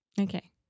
Okay